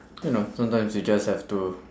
you know sometimes you just have to